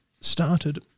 started